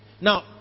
Now